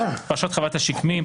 פרשת חוות השקמים,